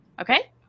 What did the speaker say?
Okay